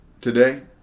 today